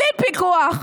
בלי פיקוח,